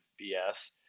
BS